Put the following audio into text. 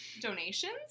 donations